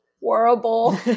horrible